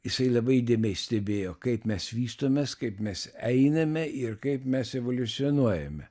jisai labai įdėmiai stebėjo kaip mes vystomės kaip mes einame ir kaip mes evoliucionuojame